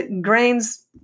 grains